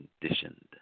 conditioned